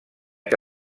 que